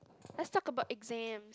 let's talk about exam